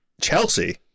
Chelsea